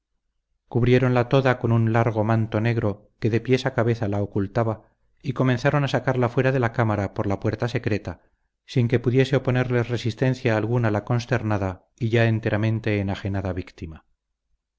aragón cubriéronla toda con un largo manto negro que de pies a cabeza la ocultaba y comenzaron a sacarla fuera de la cámara por la puerta secreta sin que pudiese oponerles resistencia alguna la consternada y ya enteramente enajenada víctima